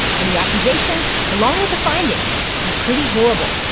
and the accusations along with the findings were pretty horrible.